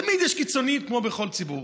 תמיד יש קיצוניים, כמו בכל ציבור